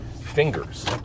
fingers